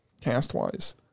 Cast-wise